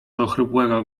ochrypłego